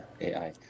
AI